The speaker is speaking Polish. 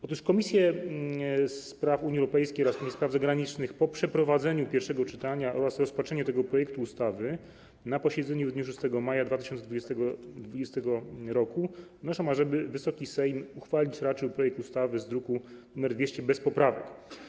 Otóż Komisje: do Spraw Unii Europejskiej oraz Spraw Zagranicznych po przeprowadzeniu pierwszego czytania oraz rozpatrzeniu tego projektu ustawy na posiedzeniu w dniu 6 maja 2020 r. wnoszą, ażeby Wysoki Sejm uchwalić raczył projekt ustawy z druku nr 200 bez poprawek.